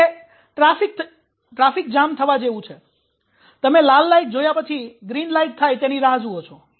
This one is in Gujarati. તે ટ્રાફિક જામ થવા જેવું છે તમે લાલ લાઇટ જોયા પછી ગ્રીન લાઇટ થાય તેની રાહ જુઓ છો